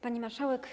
Pani Marszałek!